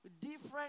Different